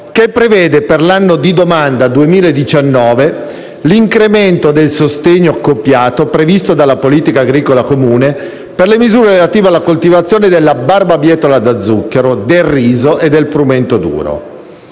che prevede, per l'anno di domanda 2019, l'incremento del sostegno accoppiato previsto dalla politica agricola comune per le misure relative alla coltivazione della barbabietola da zucchero, del riso e del frumento duro.